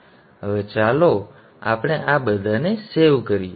હવે ચાલો આપણે આ બધાને સેવ કરીએ